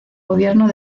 gobierno